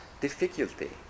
difficulty